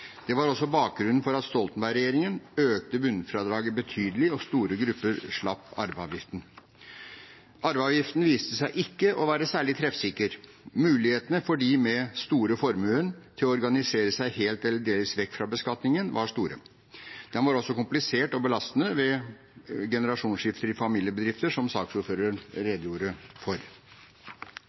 Det var også bakgrunnen for at Stoltenberg-regjeringen økte bunnfradraget betydelig og store grupper slapp arveavgiften. Arveavgiften viste seg ikke å være særlig treffsikker. Mulighetene for dem med store formuer til å organisere seg helt eller delvis vekk fra beskatningen var store. Den var også komplisert og belastende ved generasjonsskifte i familiebedrifter, som saksordføreren redegjorde for.